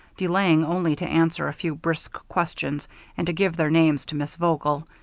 delaying only to answer a few brisk questions and to give their names to miss vogel,